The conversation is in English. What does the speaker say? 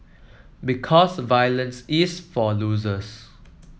because violence is for losers